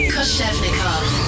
Koshevnikov